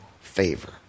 favor